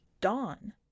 Dawn